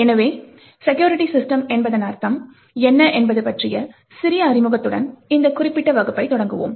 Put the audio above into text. எனவே security system என்பதன் அர்த்தம் என்ன என்பது பற்றிய சிறிய அறிமுகத்துடன் இந்த குறிப்பிட்ட வகுப்பைத் தொடங்குவோம்